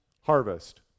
harvest